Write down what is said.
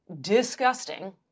disgusting